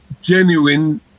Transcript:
genuine